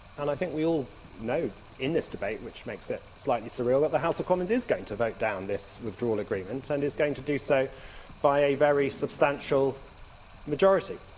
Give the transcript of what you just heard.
and i think we all know in this debate, which makes it slightly surreal, that the house of commons is going to vote down this withdrawal agreement and is going to do so by a very substantial majority.